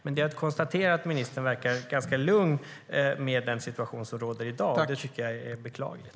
Jag har konstaterat att ministern verkar ganska lugn med den situation som råder i dag, och det tycker jag är beklagligt.